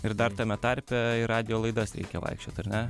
ir dar tame tarpe į radijo laidas reikia vaikščiot ar ne